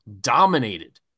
dominated